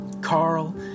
Carl